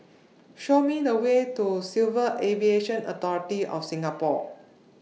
Show Me The Way to Civil Aviation Authority of Singapore